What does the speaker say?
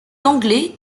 anglais